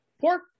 pork